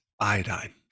iodine